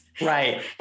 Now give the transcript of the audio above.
Right